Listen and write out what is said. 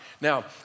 Now